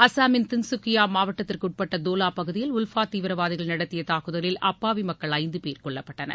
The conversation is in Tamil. அஸ்ஸாமின் தின்சுகியா மாவட்டத்திற்குட்பட்ட தோலா பகுதியில் உல்ஃபா தீவிரவாதிகள் நடத்திய தாக்குதலில் அப்பாவி மக்கள் ஐந்து பேர் கொல்லப்பட்டனர்